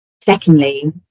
Secondly